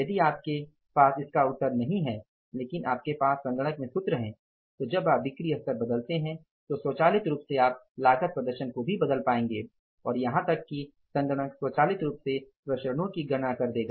यदि आपके इसका उत्तर पास नहीं है लेकिन आपके पास सिस्टम में सूत्र है तो जब आप बिक्री स्तर बदलते हैं तो स्वचालित रूप से आप लागत प्रदर्शन को भी बदल पाएंगे और यहां तक कि सिस्टम स्वचालित रूप से प्रसरणओं की गणना कर देगा